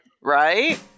Right